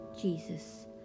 Jesus